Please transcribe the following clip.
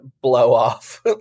blow-off